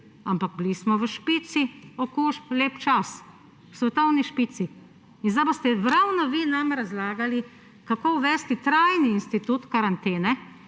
ampak bili smo v špici okužb lep čas. Svetovni špici. In zdaj boste vi ravno nam razlagali, kako uvesti trajni institut karantene,